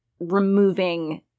removing